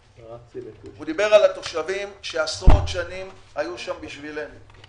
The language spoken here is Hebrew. הוא דיבר על התושבים שעשרות שנים היו שם בשבילנו.